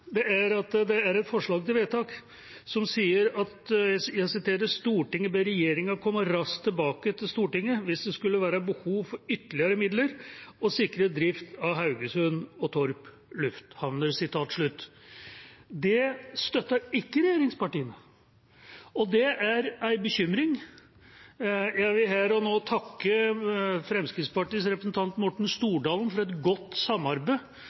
er at det er et forslag til vedtak som sier: «Stortinget ber regjeringen komme raskt tilbake til Stortinget hvis det skulle være behov for ytterligere midler for å sikre drift av Haugesund og Torp lufthavner.» Det støtter ikke regjeringspartiene, og det er en bekymring. Jeg vil her og nå takke Fremskrittspartiets representant Morten Stordalen for et godt samarbeid